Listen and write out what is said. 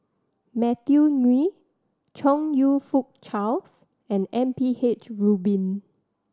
Matthew Ngui Chong You Fook Charles and M P H Rubin